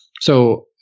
So-